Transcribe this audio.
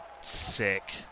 Sick